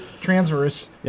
transverse